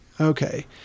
Okay